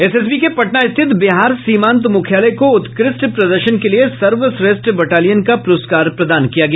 SSB के पटना स्थित बिहार सीमांत मुख्यालय को उत्कृष्ट प्रदर्शन के लिये सर्वश्रेष्ठ बटालियन का पुरस्कार प्रदान किया गया